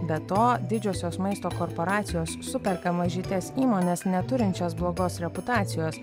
be to didžiosios maisto korporacijos superka mažytes įmones neturinčias blogos reputacijos